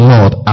Lord